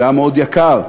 זה היה מאוד יקר,